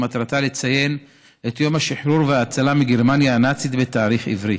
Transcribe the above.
שמטרתה לציין את יום השחרור וההצלה מגרמניה הנאצית בתאריך עברי.